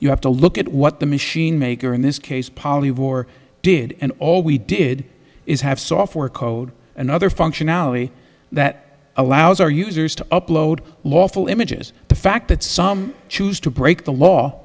you have to look at what the machine maker in this case polyvore did and all we did is have software code and other functionality that allows our users to upload lawful images the fact that some choose to break the law